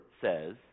says